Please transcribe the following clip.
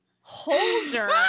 holder